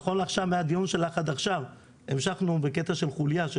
נכון לעכשיו מהדיון שלך עד עכשיו המשכנו בקטע של חוליה של